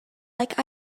like